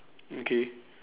okay